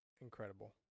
Incredible